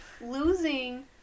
losing